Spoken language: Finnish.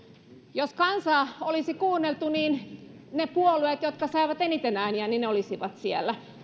jos kansaa olisi kuunneltu niin ne puolueet jotka saivat eniten ääniä olisivat siellä